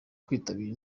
kwitabira